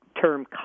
term